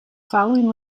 following